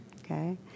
Okay